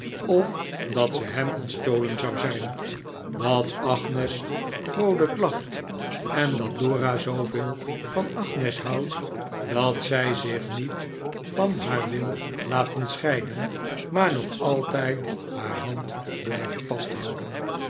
of dat ze hem ontstolen zou zijn dat agnes vroolijk lacht en dat dora zooveel van agnes houdt dat zij zich niet van haar wil laten scheiden maar nog altijd haar hand blijft vasthouden